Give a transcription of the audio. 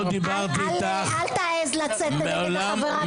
דיברתי איתך -- אל תעז לצאת נגד חברת כנסת,